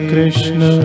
Krishna